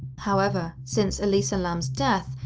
however, since elisa lam's death,